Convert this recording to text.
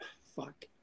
Fuck